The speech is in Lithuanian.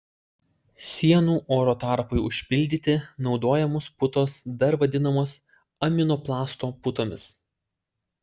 sienų oro tarpui užpildyti naudojamos putos dar vadinamos aminoplasto putomis